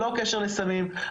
לא קשר לסמים,